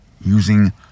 using